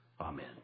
Amen